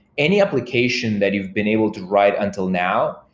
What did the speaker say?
any application that you've been able to write until now,